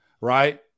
right